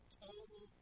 total